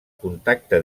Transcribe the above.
contacte